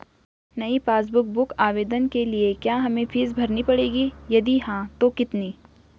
नयी passbook book आवेदन के लिए क्या हमें फीस भरनी पड़ेगी यदि हाँ तो कितनी?